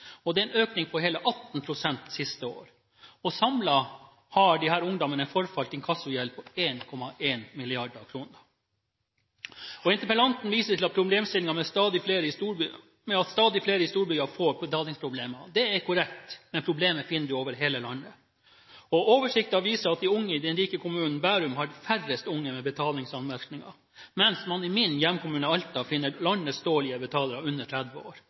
siste år, og samlet har disse ungdommene forfalt inkassogjeld på 1,1 mrd. kr. Interpellanten viser til problemstillingen med at stadig flere i storbyer får betalingsproblemer – det er korrekt – men problemet finner du over hele landet. Oversikter viser at de unge i den rike kommunen Bærum har færrest betalingsanmerkninger, mens man i min hjemkommune, Alta, finner landets dårligste betalere under 30 år.